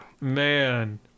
man